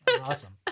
Awesome